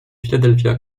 philadelphia